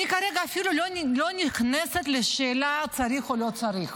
אני כרגע אפילו לא נכנסת לשאלה אם צריך או לא צריך,